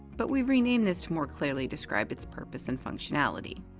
but we renamed this to more clearly describe its purpose and functionality.